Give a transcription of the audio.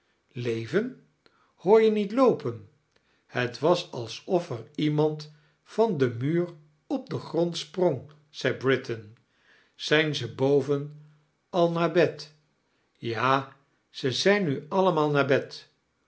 leven hoor je niet loopen het was alsof er iemand van den muur op den grond sprong zei britain zijn ze boven al naar bed ja ze zijn nu allemaal naar bed